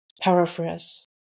paraphrase